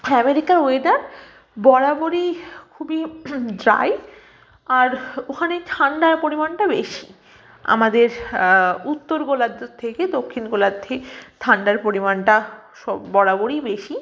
আমেরিকার ওয়েদার বরাবরই খুবই ড্রাই আর ওখানে ঠান্ডার পরিমাণটা বেশি আমাদের উত্তর গোলার্ধর থেকে দক্ষিণ গোলার্ধে ঠান্ডার পরিমাণটা সব বরাবরই বেশি